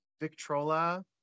Victrola